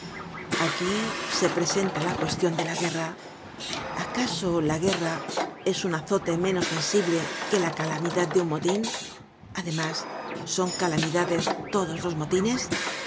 aquí se presentala cuestion de la guerra acaso la guerra es un azote menos sensible que la calamidad de un motin además son calamidades todos los motines